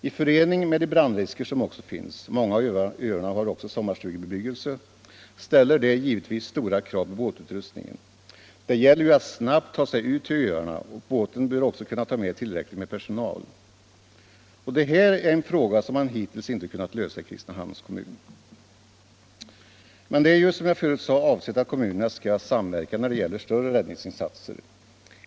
I förening med de brandrisker som också finns —- många av öarna har sommarstugebebyggelse — ställer det givetvis stora krav på båtutrustningen. Det gäller ju att snabbt ta sig ut till öarna, och båten bör också kunna ta med tillräckligt med personal. Det här är en fråga som man hittills inte kunnat lösa i Kristinehamns kommun. Men det är ju, som jag förut sade, avsett att kommunerna skall samverka när det gäller större räddningsinsatser.